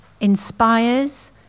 inspires